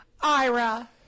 Ira